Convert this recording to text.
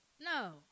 No